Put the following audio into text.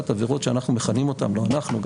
עבירות שאנחנו מכנים אותן לא אנחנו,